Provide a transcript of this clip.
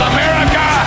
America